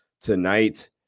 tonight